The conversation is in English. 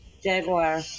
Jaguar